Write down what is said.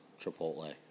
Chipotle